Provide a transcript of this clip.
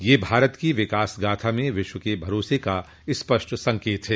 यह भारत की विकास गाथा में विश्व के भरोसे का स्पष्ट संकेत है